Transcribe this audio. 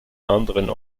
anderen